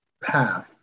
path